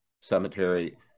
cemetery